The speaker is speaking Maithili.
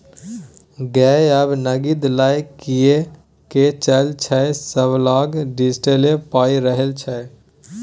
गै आब नगदी लए कए के चलै छै सभलग डिजिटले पाइ रहय छै